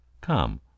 Come